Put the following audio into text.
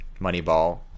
moneyball